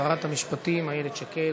שרת המשפטים איילת שקד.